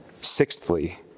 sixthly